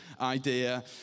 idea